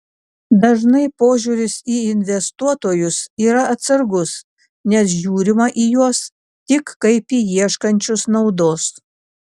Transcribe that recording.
dažnai požiūris į investuotojus yra atsargus nes žiūrima į juos tik kaip į ieškančius naudos